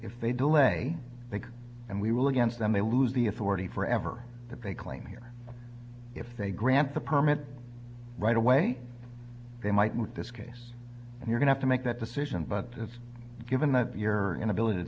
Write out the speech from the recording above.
if they delay and we will against them they lose the authority forever that they claim here if they grant the permit right away they might with this case you're going to make that decision but has given that your inability to